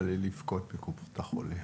בא לי לבכות מקופות החולים.